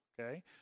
okay